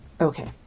okay